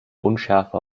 unschärfer